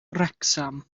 wrecsam